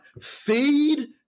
Feed